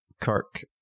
Kirk